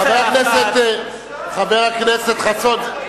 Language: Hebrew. חבר הכנסת חסון,